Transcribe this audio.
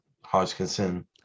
Hodgkinson